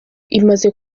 imaze